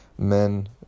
Men